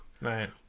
Right